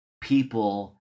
people